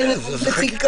הנקודות הללו וכשנגיע